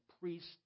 priests